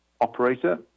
Operator